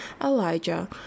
Elijah